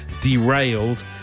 derailed